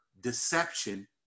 deception